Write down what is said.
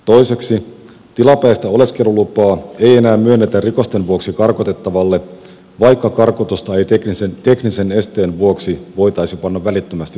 toiseksi tilapäistä oleskelulupaa ei enää myönnetä rikosten vuoksi karkotettavalle vaikka karkotusta ei teknisen esteen vuoksi voitaisi panna välittömästi täytäntöön